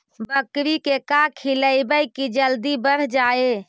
बकरी के का खिलैबै कि जल्दी बढ़ जाए?